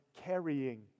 carrying